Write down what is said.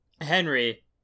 Henry